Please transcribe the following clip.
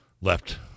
left